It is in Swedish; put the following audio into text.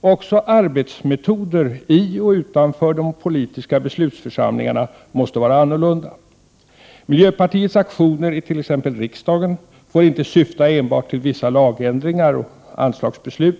Också arbetsmetoder i och utanför de politiska beslutsförsamlingarna måste vara annorlunda. Miljöpartiets aktioner i t.ex. riksdagen får inte syfta enbart till vissa lagändringar och anslagsbeslut.